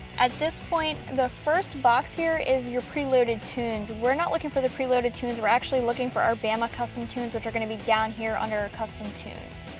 at this point the first box here is your preloaded tunes. we're not looking for the preloaded tunes, we're actually looking for our bama custom tunes which are gonna be down here under ah custom tunes.